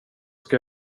ska